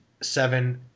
Seven